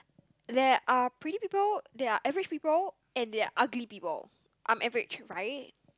there are pretty people there are average people and there are ugly people I'm average right